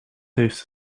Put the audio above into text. heeft